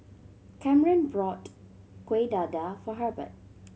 Kamryn bought Kueh Dadar for Hebert